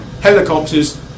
helicopters